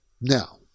Now